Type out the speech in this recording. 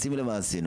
אז שים לב מה עשינו,